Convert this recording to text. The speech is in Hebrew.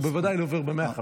הוא בוודאי לא עובר ב-150,000.